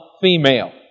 female